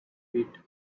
feet